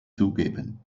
zugeben